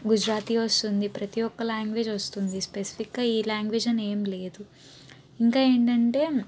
గుజరాతీ వస్తుంది ప్రతి ఒక్క లాంగ్వేజ్ వస్తుంది స్పెసిఫిక్గా ఈ లాంగ్వేజ్ అని ఏం లేదు ఇంకా ఏంటంటే